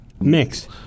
Mix